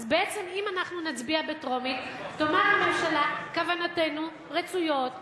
אז בעצם אם נצביע בטרומית תאמר הממשלה: כוונותינו רצויות,